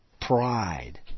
pride